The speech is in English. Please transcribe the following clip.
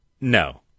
no